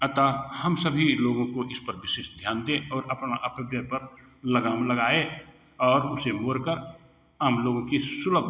अतः हम सभी लोगों को इस पर विशेष ध्यान दें और अपना अपव्यय पर लगाम लगाए और उसे मोरकर आम लोगों की सुलभ